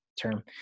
term